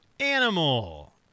Animal